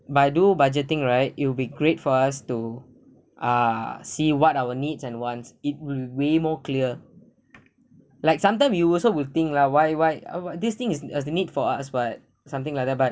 by do budgeting right it will be great for us to uh see what our needs and wants it will way more clear like sometime we also will think lah why why ah why this thing is is the need for us but something like that but